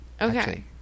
Okay